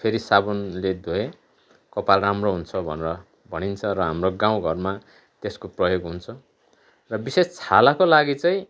फेरि साबुनले धोए कपाल राम्रो हुन्छ भनेर भनिन्छ र हाम्रो गाउँ घरमा त्यसको प्रयोग हुन्छ र विशेष छालाको लागि चाहिँ